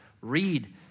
Read